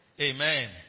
amen